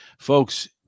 Folks